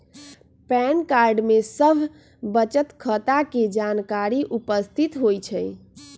pan card में सभ बचत खता के जानकारी उपस्थित होइ छइ